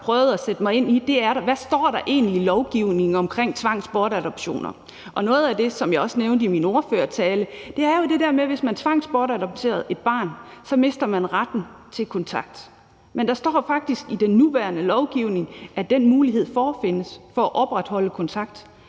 hvad der egentlig står i lovgivningen om tvangsbortadoptioner. Og noget af det, som jeg også nævnte i min ordførertale, er jo det der med, at hvis man tvangsbortadopterede et barn, så mistede man retten til kontakt. Men der står faktisk i den nuværende lovgivning, at den mulighed for at opretholde kontakt